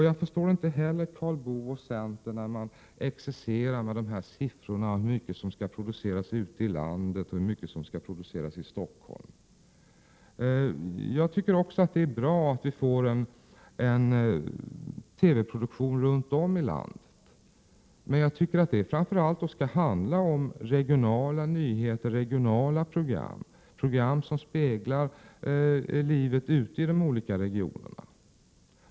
Jag förstår inte heller Karl Boo när han exercerar med siffror i fråga om hur mycket som skall produceras ute i landet och hur mycket som skall produceras i Stockholm. Det är bra att det görs TV-produktioner runt om i landet, men de skall framför allt handla om regionala nyheter och program, som speglar livet i de olika regionerna.